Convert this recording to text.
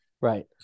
Right